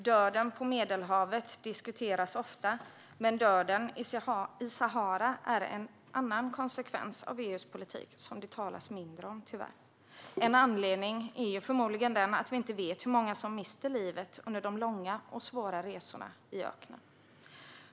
Döden på Medelhavet diskuteras ofta, men döden i Sahara är en annan konsekvens av EU:s politik, som det tyvärr talas mindre om. En anledning är förmodligen att vi inte vet hur många som mister livet under de långa och svåra resorna i öknen.